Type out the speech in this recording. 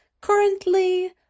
Currently